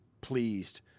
pleased